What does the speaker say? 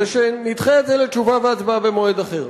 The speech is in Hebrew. הוא שנדחה את זה לתשובה והצבעה במועד אחד.